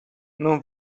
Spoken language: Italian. non